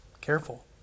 Careful